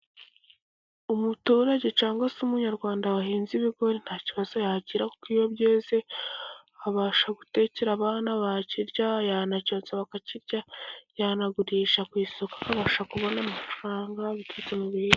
Umuturage cyangwa se umunyarwanda wahinze ibigori nta kibazo yagira, kuko iyo byeze abasha gutekera abana, bakirya, yanacyontsa bakakirya, yanagurisha ku isoko akabasha kubona amafaranga bityo...